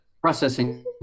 Processing